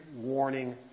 warning